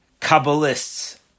Kabbalists